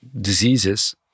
diseases